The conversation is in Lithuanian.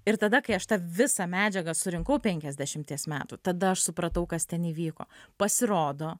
ir tada kai aš tą visą medžiagą surinkau penkiasdešimties metų tada aš supratau kas ten įvyko pasirodo